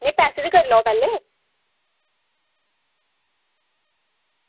नेईं पैसे ते करी लैओ पैह्लें